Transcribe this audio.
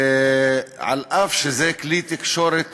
אף שזה כלי תקשורת